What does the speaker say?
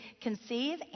conceive